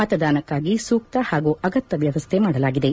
ಮತದಾನಕ್ಕಾಗಿ ಸೂಕ್ತ ಹಾಗೂ ಅಗತ್ಯ ವ್ಯವಸ್ಥೆ ಮಾಡಲಾಗಿದೆ